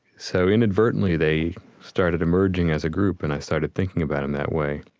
so inadvertently they started emerging as a group and i started thinking about them that way.